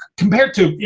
compared to you